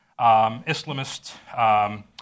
Islamist